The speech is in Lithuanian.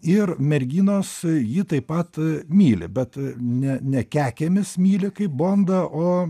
ir merginos jį taip pat myli bet ne ne kekėmis myli kaip bondą o